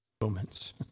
Moments